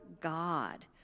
God